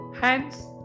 Hence